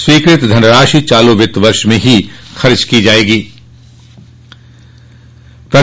स्वीकृत धनराशि चालू वित्तीय वर्ष में ही खर्च की जाये गी